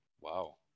Wow